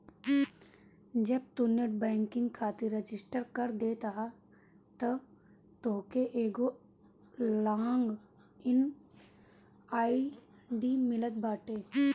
जब तू net banking खातिर रजिस्टर कर देत बाटअ तअ तोहके एगो लॉग इन आई.डी मिलत बाटे